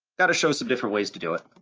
gotta show some different ways to do it.